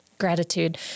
gratitude